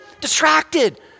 distracted